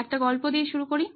একটা গল্প দিয়ে শুরু করি